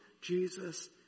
Jesus